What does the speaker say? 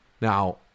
now